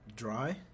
Dry